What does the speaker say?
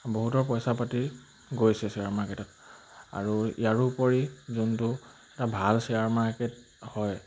বহুতৰ পইচা পাতি গৈছে শ্বেয়াৰ মাৰ্কেটত আৰু ইয়াৰোপৰি যোনটো এটা ভাল শ্বেয়াৰ মাৰ্কেট হয়